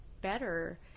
better